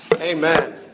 Amen